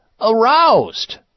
aroused